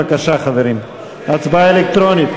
בבקשה, חברים, הצבעה אלקטרונית.